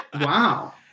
Wow